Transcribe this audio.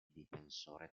difensore